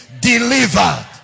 Delivered